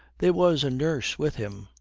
there was a nurse with him.